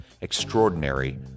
Extraordinary